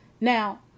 now